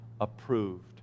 approved